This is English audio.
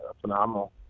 phenomenal